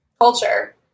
culture